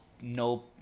no